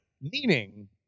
Meaning